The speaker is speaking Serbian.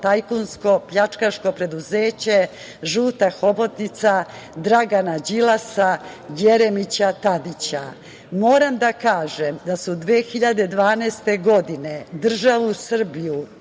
tajkunsko, pljačkaško preduzeće, žuta hobotnica Dragana Đilasa, Jeremića, Tadića. Moram da kažem da je 2012. godine državu Srbiju